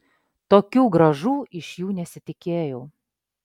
tokių grąžų iš jų nesitikėjau